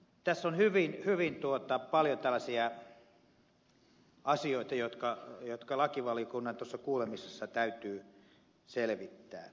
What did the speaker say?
tässä on hyvin paljon tällaisia asioita jotka lakivaliokunnan kuulemisissa täytyy selvittää